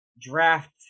draft